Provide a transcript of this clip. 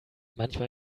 manchmal